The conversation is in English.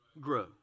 grow